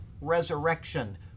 resurrection